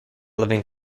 living